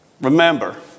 remember